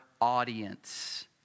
audience